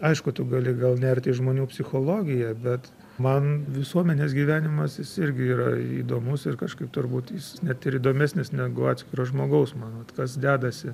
aišku tu gali gal nert į žmonių psichologiją bet man visuomenės gyvenimas jis irgi yra įdomus ir kažkaip turbūt jis net ir įdomesnis negu atskiro žmogaus man vat kas dedasi